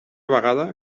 vegada